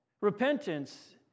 Repentance